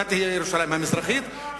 ובירתה תהיה ירושלים המזרחית,